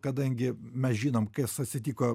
kadangi mes žinom kas atsitiko